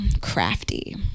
crafty